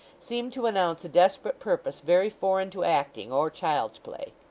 seemed to announce a desperate purpose very foreign to acting, or child's play.